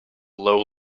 low